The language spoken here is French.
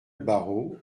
barreau